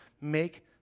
make